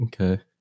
Okay